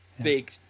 big